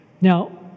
Now